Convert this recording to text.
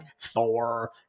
Thor